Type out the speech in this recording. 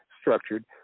structured